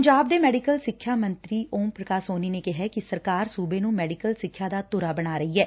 ਪੰਜਾਬ ਦੇ ਮੈਡੀਕਲ ਸਿੱਖਿਆ ਮੰਤਰੀ ਓਮ ਪ੍ਰਕਾਸ਼ ਸੋਨੀ ਨੇ ਕਿਹੈ ਕਿ ਸਰਕਾਰ ਸੁਬੇ ਨੂੰ ਮੈਡੀਕਲ ਸਿੱਖਿਆ ਦਾ ਧੁਰਾ ਬਣਾ ਰਹੀ ਏ